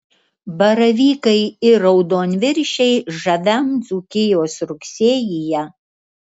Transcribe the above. baravykai ir raudonviršiai žaviam dzūkijos rugsėjyje